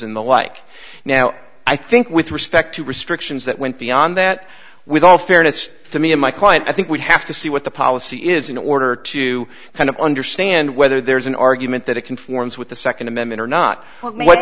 in the like now i think with respect to restrictions that went beyond that with all fairness to me and my client i think we'd have to see what the policy is in order to kind of understand whether there's an argument that it conforms with the second amendment or not